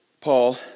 Paul